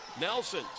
Nelson